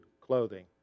clothing